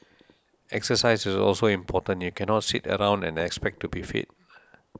exercise is also important you cannot sit around and expect to be fit